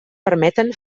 permeten